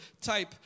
type